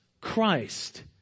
Christ